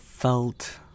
Felt